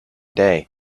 day